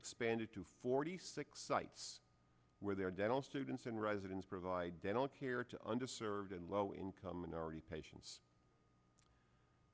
expanded to forty six sites where their dental students and residents provide they don't care to under served and low income minority patients